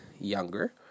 younger